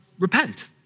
repent